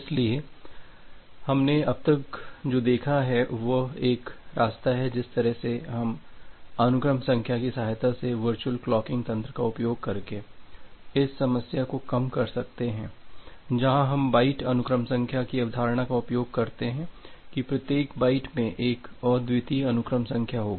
इसलिए हमने अब तक जो देखा है वह एक रास्ता है जिस तरह से हम अनुक्रम संख्या की सहायता से वर्चुअल क्लॉकिंग तंत्र का उपयोग करके इस समस्या को कम कर सकते हैं जहां हम बाइट अनुक्रम संख्या की अवधारणा का उपयोग करते हैं कि प्रत्येक बाइट में एक अद्वितीय अनुक्रम संख्या होगी